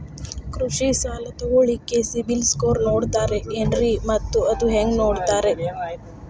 ಕೃಷಿ ಸಾಲ ತಗೋಳಿಕ್ಕೆ ಸಿಬಿಲ್ ಸ್ಕೋರ್ ನೋಡ್ತಾರೆ ಏನ್ರಿ ಮತ್ತ ಅದು ಹೆಂಗೆ ನೋಡ್ತಾರೇ?